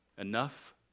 Enough